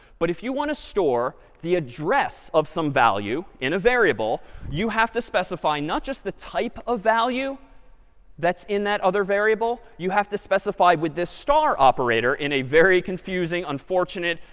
but if you want to store the address of some value in a variable you have to specify not just the type of value that's in that other variable, you have to specify with this star operator in a very confusing, unfortunate,